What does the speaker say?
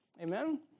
Amen